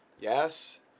Yes